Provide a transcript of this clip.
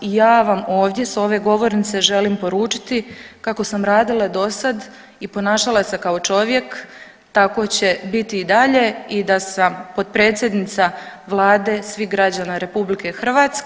I ja vam ovdje s ove govornice želim poručiti kako sam radila dosada i ponašala se kao čovjek tako će biti i dalje i da sam potpredsjednica vlade svih građana RH.